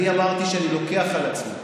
אני אמרתי שאני לוקח על עצמי